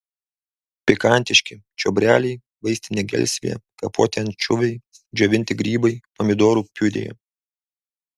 pikantiški čiobreliai vaistinė gelsvė kapoti ančiuviai džiovinti grybai pomidorų piurė